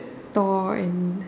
door and